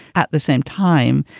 at the same time,